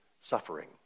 suffering